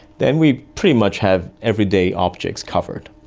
then we pretty much have everyday objects covered.